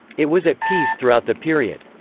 it was at peace throughout the period.